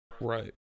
Right